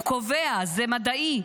הוא קובע: זה מדעי.